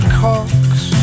cocks